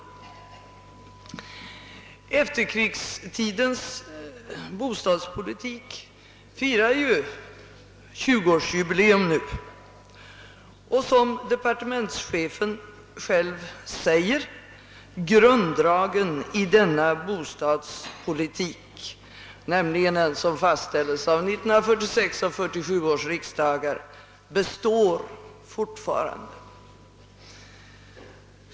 Efterkrigstidens bostadspolitik firar nu 20-årsjubileum. Departementschefen säger själv: Grunddragen av denna bostadspolitik — som fastställdes av 1946 och 1947 års riksdagar — består fortfarande.